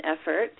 effort